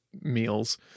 meals